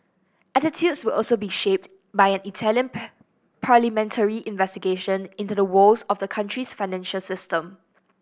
attitudes will also be shaped by an Italian parliamentary investigation into the woes of the country's financial system